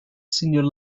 senior